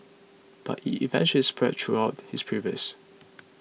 but it eventually spread throughout his pelvis